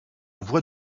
voix